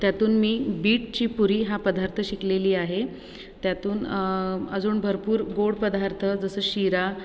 त्यातून मी बीटची पुरी हा पदार्थ शिकलेली आहे त्यातून अजून भरपूर गोड पदार्थ जसं शिरा